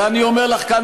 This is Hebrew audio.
ואני אומר לך כאן,